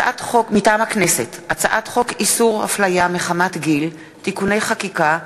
מטעם הכנסת: הצעת חוק איסור הפליה מחמת גיל (תיקוני חקיקה),